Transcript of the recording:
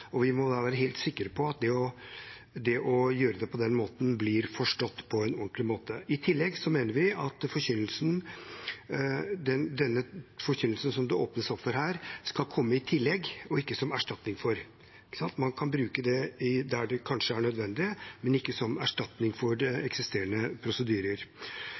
og vi må være helt sikre på at det å gjøre det på den måten blir forstått på en ordentlig måte. I tillegg mener vi at den typen forkynnelse som det åpnes opp for her, skal komme i tillegg til, ikke som erstatning for, de eksisterende prosedyrene. Man kan kanskje bruke det der det er nødvendig, men ikke som erstatning for